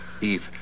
Eve